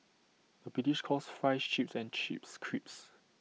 the British calls Fries Chips and Chips Crisps